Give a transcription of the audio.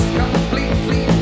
completely